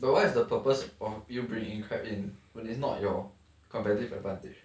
but what is the purpose of you bringing crab in when it's not your competitive advantage